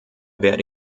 werde